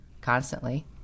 constantly